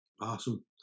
Awesome